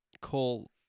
call